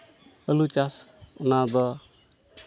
ᱟᱹᱞᱩ ᱪᱟᱥ ᱚᱱᱟᱫᱚ